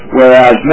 Whereas